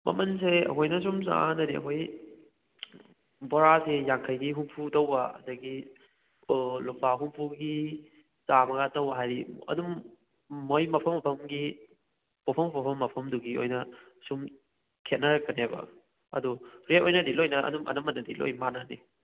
ꯃꯃꯜꯁꯦ ꯑꯩꯈꯣꯏꯅ ꯑꯁꯨꯝ ꯆꯥꯔꯛꯗꯤ ꯑꯩꯈꯣꯏꯒꯤ ꯕꯣꯔꯥꯁꯤ ꯌꯥꯡꯈꯩꯒꯤ ꯍꯨꯝꯐꯨ ꯇꯧꯕ ꯑꯗꯨꯗꯒꯤ ꯑꯣ ꯂꯨꯄꯥ ꯍꯨꯝꯐꯨꯒꯤ ꯆꯥꯃꯒ ꯇꯧꯕ ꯍꯥꯏꯕꯗꯤ ꯑꯗꯨꯝ ꯃꯣꯏ ꯃꯐꯝ ꯃꯐꯝꯒꯤ ꯄꯣꯠꯐꯝ ꯄꯣꯠꯐꯝ ꯃꯐꯝꯗꯨꯒꯤ ꯑꯣꯏꯅ ꯑꯁꯨꯝ ꯈꯦꯅꯔꯛꯀꯅꯦꯕ ꯑꯗꯣ ꯔꯦꯠ ꯑꯣꯏꯅꯗꯤ ꯂꯣꯏꯅ ꯑꯗꯨꯝ ꯑꯅꯝꯕꯅꯗꯤ ꯂꯣꯏꯅ ꯃꯥꯟꯅꯅꯤ